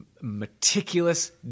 meticulous